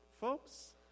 folks